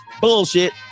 bullshit